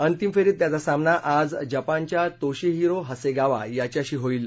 अंतिम फेरीत त्याचा सामना आज जपानच्या तोशीहीरो हसेगावा याच्याशी होईल